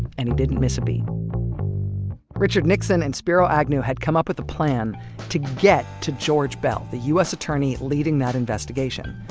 and he didn't miss a beat richard nixon and spiro agnew had come up with a plan to get to george beall, the u s. attorney leading that investigation.